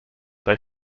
they